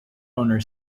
owner